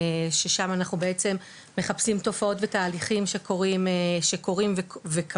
ששם אנחנו בעצם מחפשים תופעות ותהליכים שקורים וקרו,